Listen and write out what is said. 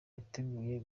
yiteguye